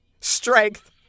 strength